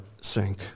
sink